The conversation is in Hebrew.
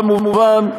כמובן,